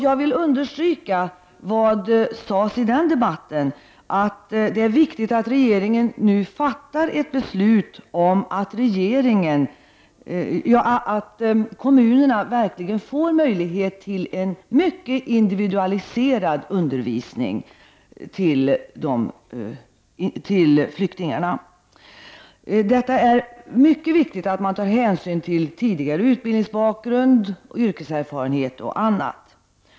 Jag vill understryka vad som sades i den debatten, nämligen att det är viktigt att regeringen nu fattar ett beslut om att kommunerna får möjlighet till en mycket individualiserad undervisning till flyktingarna. Det är viktigt att ta hänsyn till tidigare utbildningsbakgrund, yrkeserfarenhet och annat.